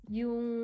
yung